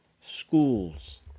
Schools